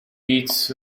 beats